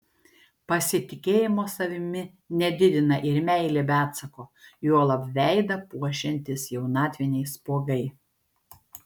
pasitikėjimo savimi nedidina ir meilė be atsako juolab veidą puošiantys jaunatviniai spuogai